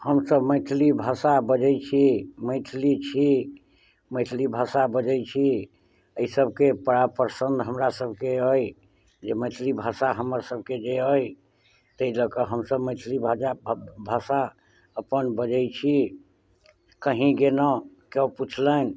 हमसब मैथिली भाषा बजै छी मैथिली छी मैथिली भाषा बजै छी एहि सबके बड़ा प्रसन्न हमरा सबके अछि जे मैथिली भाषा हमर सबके जे अछि ताहि लऽ कऽ हमसब मैथिली भाषा अपन बजै छी कहीं गेलहुॅं केओ पुछलनि